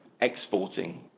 exporting